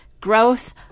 growth